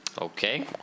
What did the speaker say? Okay